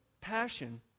passion